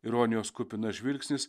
ironijos kupinas žvilgsnis